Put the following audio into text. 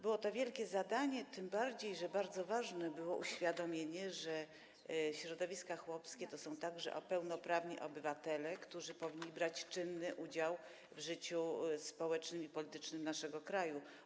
Było to wielkie zadanie, tym bardziej że bardzo ważne było uświadomienie, że środowiska chłopskie to są także pełnoprawni obywatele, którzy powinni brać czynny udział w życiu społecznym i politycznym naszego kraju.